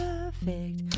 Perfect